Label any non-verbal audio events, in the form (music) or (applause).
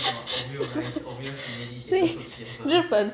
(laughs) 所以日本